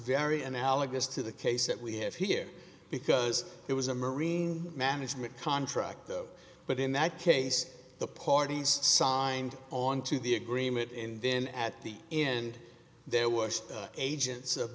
very analogous to the case that we have here because it was a marine management contract of but in that case the parties signed onto the agreement and then at the end their worst agents of